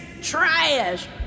trash